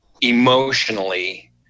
emotionally